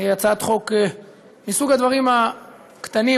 זה מסוג הדברים הקטנים,